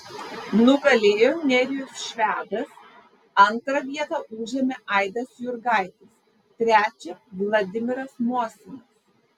nugalėjo nerijus švedas antrą vietą užėmė aidas jurgaitis trečią vladimiras mosinas